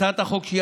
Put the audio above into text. הצעת החוק,